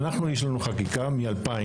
אנחנו יש לנו חקיקה מ-2000.